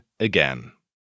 again